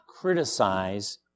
Criticize